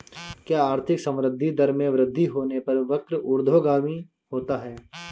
क्या आर्थिक संवृद्धि दर में वृद्धि होने पर वक्र ऊर्ध्वगामी होता है?